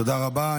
תודה רבה.